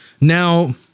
Now